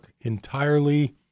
entirely